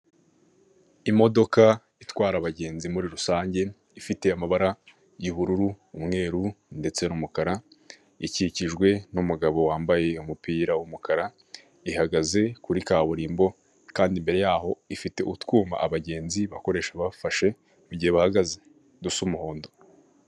Imodoka itwara abagenzi muri rusange ifite amabara y'ubururu umweru ndetse n'umukara, ikikijwe n'umugabo wambaye umupira w'umukara ihagaze kuri kaburimbo kandi imbere yaho ifite utwuma abagenzi bakoresha bafashe mu gihe bahagaze dusa umuhondo.